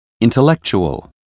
intellectual